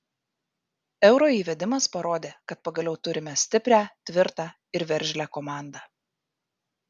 euro įvedimas parodė kad pagaliau turime stiprią tvirtą ir veržlią komandą